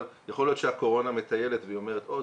אבל יכול להיות שהקורונה מטיילת ואומרת: הו,